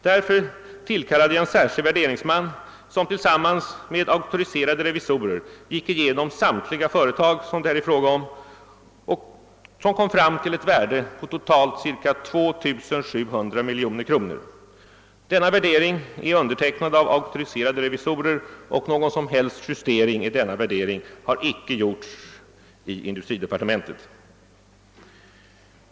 Jag tillsatte därför en särskid värderingsman som tillsammans med auktoriserade revisorer gick igenom samtliga berörda företag och som kom fram till ett värde på totalt cirka 2 700 miljoner kronor. Värderingen är undertecknad av auktoriserade revisorer, och någon som helst justering har inte gjorts i industridepartementet.